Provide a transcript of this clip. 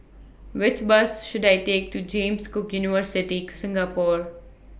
Which Bus should I Take to James Cook University Singapore